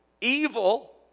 evil